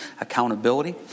accountability